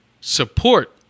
support